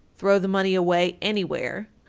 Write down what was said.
throw the money away anywhere,